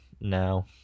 Now